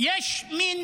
יש מין